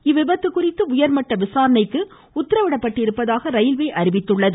இவ்விபத்து குறித்து உயர்மட்ட விசாரணைக்கு உத்தரவிடப்பட்டுள்ளதாக ரயில்வே தெரிவித்துள்ளது